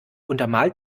untermalt